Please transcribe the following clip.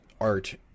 art